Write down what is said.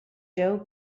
joe